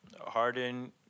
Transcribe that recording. Harden